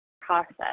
process